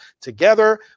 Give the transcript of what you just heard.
together